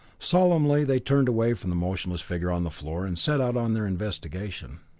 solemnly they turned away from the motionless figure on the floor and set out on their investigation.